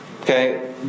Okay